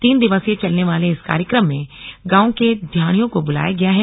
तीन दिवसीय चलने वाले इस कार्यक्रम में गांव के ध्याणों को बुलाया गया है